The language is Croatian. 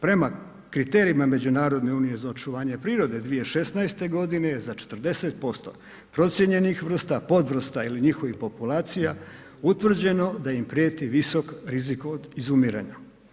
Prema kriterijima Međunarodne unije za očuvanje prirode 2016.g. je za 40% procijenjenih vrsta, podvrsta ili njihovih populacija utvrđeno da im prijeti visok rizik od izumiranja.